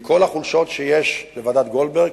עם כל החולשות שיש לוועדת-גולדברג,